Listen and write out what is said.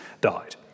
died